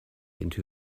into